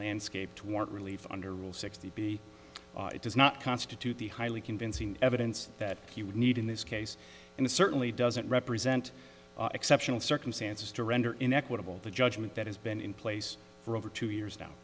landscaped warrant relief under rule sixty b it does not constitute the highly convincing evidence that he would need in this case and it certainly doesn't represent exceptional circumstances to render in equitable the judgment that has been in place for over two years now